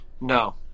No